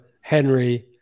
Henry